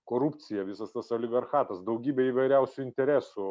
korupcija visas tas aliverchatas daugybė įvairiausių interesų